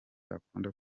akunda